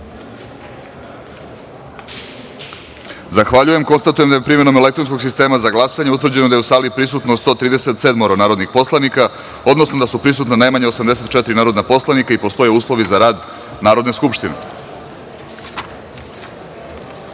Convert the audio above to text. za glasanje. Konstatujem da je primenom elektronskog sistema za glasanje utvrđeno da je u sali prisutno 137 narodnih poslanika, odnosno da su prisutna najmanje 84 narodna poslanika i da postoje uslovi za rad Narodne skupštine. Saglasno